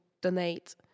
donate